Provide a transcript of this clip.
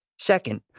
Second